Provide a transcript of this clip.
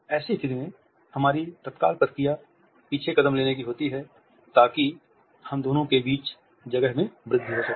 ऐसी स्थिति में हमारी तत्काल प्रतिक्रिया पीछे कदम लेने की होती है ताकि हम दोनों के बीच जगह में वृद्धि हो सके